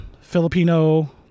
Filipino